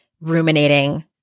ruminating